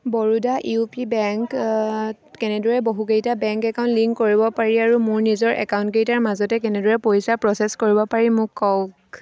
Baroda U P বেংকত কেনেদৰে বহুকেইটা বেংক একাউণ্ট লিংক কৰিব পাৰি আৰু মোৰ নিজৰ একাউণ্টকেইটাৰ মাজতে কেনেদৰে পইচা প্ৰ'চেছ কৰিব পাৰি মোক কওক